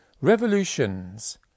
revolutions